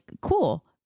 cool